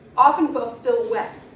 often while still wet,